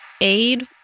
aid